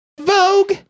Vogue